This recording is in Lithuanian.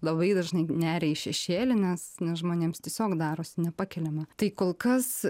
labai dažnai neria į šešėlį nes nes žmonėms tiesiog darosi nepakeliama tai kol kas